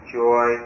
joy